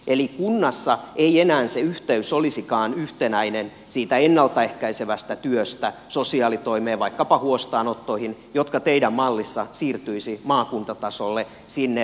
eli kunnassa ei enää se yhteys olisikaan yhtenäinen siitä ennalta ehkäisevästä työstä sosiaalitoimeen vaikkapa huostaanottoihin jotka teidän mallissanne siirtyisivät maakuntatasolle sinne monitoimikuntayhtymään